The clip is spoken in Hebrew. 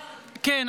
אבל